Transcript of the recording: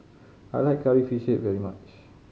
I like Curry Fish Head very much